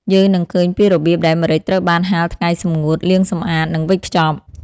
យើងនឹងឃើញពីរបៀបដែលម្រេចត្រូវបានហាលថ្ងៃសម្ងួត លាងសម្អាត និងវេចខ្ចប់ ។